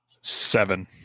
Seven